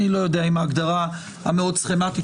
אני לא יודע אם ההגדרה המאוד סכמתית,